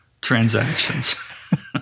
transactions